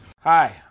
Hi